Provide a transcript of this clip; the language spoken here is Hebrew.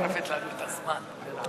מה את שורפת לנו את הזמן, מירב?